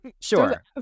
Sure